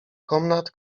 komnat